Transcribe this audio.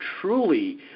truly